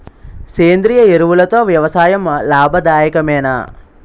సేంద్రీయ ఎరువులతో వ్యవసాయం లాభదాయకమేనా?